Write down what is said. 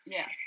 Yes